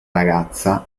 ragazza